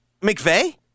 McVeigh